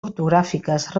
ortogràfiques